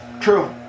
true